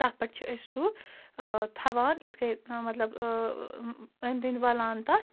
تَتھ پٮ۪ٹھ چھِ أسۍ سُہ تھاوان یِتھ کَنۍ مطلب أنٛدۍ أنٛدۍ وَلان تَتھ